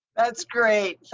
that's great.